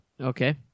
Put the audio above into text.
Okay